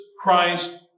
Christ